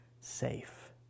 safe